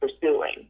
pursuing